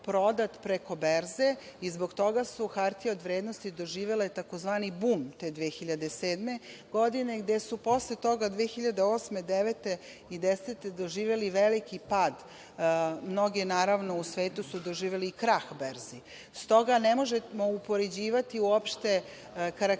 prodat preko berze i zbog toga su hartije od vrednosti doživele tzv. bum te 2007. godine gde su posle toga 2008, 2009. i 2010. godine doživele veliki pad, mnogi u svetu su doživeli i krah berzi. Stoga, ne možemo upoređivati uopšte karakteristike